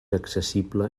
accessible